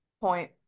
point